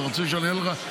אתה רוצה שאני אענה לך?